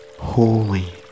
holy